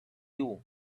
you